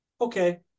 Okay